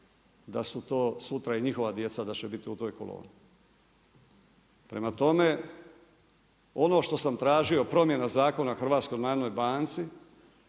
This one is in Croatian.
da su to, sutra i njihova djeca da će biti u toj koloni. Prema tome, ono što sam tražio promjena zakona o HNB,